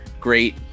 great